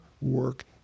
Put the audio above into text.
work